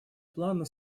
плана